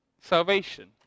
salvation